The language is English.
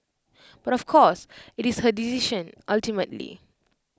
but of course IT is her decision ultimately